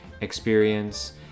experience